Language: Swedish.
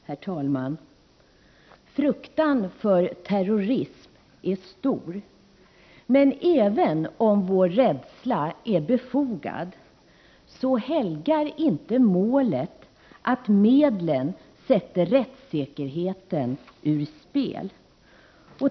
Herr talman! Fruktan för terroism är stor. Men även om vår rädsla är befogad, så helgar inte målet att medlen sätter rättssäkerheten ur spel.